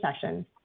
session